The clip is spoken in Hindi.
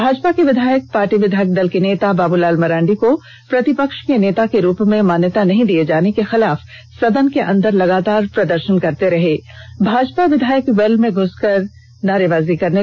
भाजपा के विधायक पार्टी विधायक दल के नेता बाबूलाल मरांडी को प्रतिपक्ष के नेता के रूप मान्यता नहीं दिये जाने के खिलाफ सदन के अंदर लगातार प्रदर्शन करते रहे भाजपा विधायक वेल में घुस कर नारेबाजी की